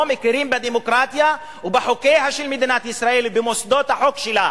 הם לא מכירים בדמוקרטיה ובחוקיה של מדינת ישראל ובמוסדות החוק שלה.